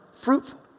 fruitful